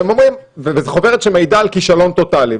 וזאת חוברת שמעידה על כישלון טוטלי.